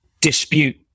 dispute